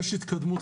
יש התקדמות,